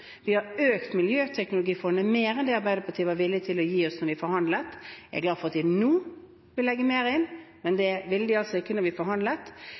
Vi har økt miljøteknologifondet mer enn det Arbeiderpartiet var villig til å gi oss da vi forhandlet. Jeg er glad for at de nå vil legge mer inn, men det ville de altså ikke da vi forhandlet.